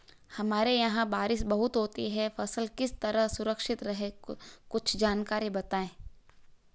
हमारे यहाँ बारिश बहुत होती है फसल किस तरह सुरक्षित रहे कुछ जानकारी बताएं?